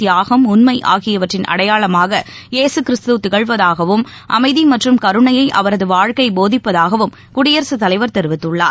தியாகம் உன்மைஆகியவற்றின் அடையாளமாகயேசுகிறிஸ்து திகழ்வதாகவும் அமைதிமற்றும் கருணையைஅவரதுவாழ்க்கைபோதிப்பதாகவும் குடியரசுத் தலைவர் தெரிவித்துள்ளார்